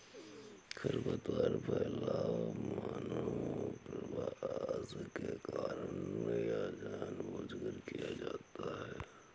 खरपतवार फैलाव मानव प्रवास के कारण या जानबूझकर किया जाता हैं